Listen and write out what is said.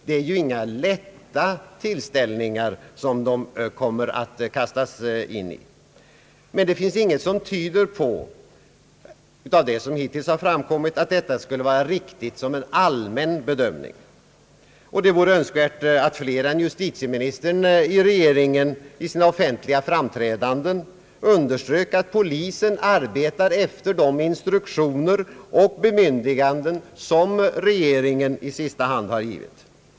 Det är ju inga lätt bemästrade händelseförlopp som de kastas in i. Men av det som hittills framkommit finns ingenting som tyder på att dessa anklagelser skulle vara riktiga som allmän bedömning. Det vore önskvärt att fler personer i regeringen än justitieministern vid sina offentliga framträdanden ville understryka att polisen arbetar efter de instruktioner och bemyndiganden som regeringen i sista hand givit.